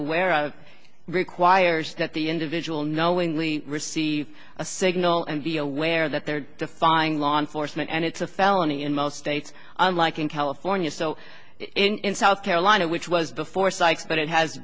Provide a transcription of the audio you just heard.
aware of requires that the individual knowingly receive a signal and be aware that they're defining law enforcement and it's a felony in most states unlike in california so in south carolina which was before sites but it has